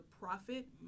profit